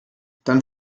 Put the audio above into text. dann